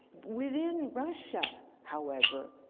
within russian, however,